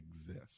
exist